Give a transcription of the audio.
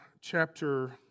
chapter